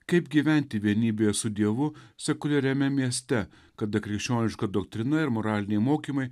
kaip gyventi vienybėje su dievu sekuliariame mieste kada krikščioniška doktrina ir moraliniai mokymai